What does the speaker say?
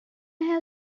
have